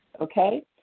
okay